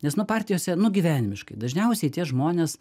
nes nu partijose nu gyvenimiškai dažniausiai tie žmonės